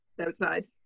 Outside